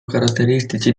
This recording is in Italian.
caratteristici